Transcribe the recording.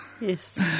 Yes